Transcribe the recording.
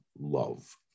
love